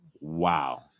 Wow